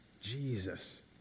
Jesus